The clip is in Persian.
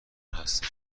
هستش